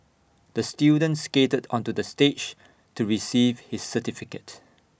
the student skated onto the stage to receive his certificate